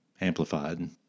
Amplified